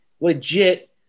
legit